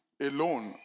alone